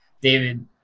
David